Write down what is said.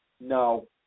No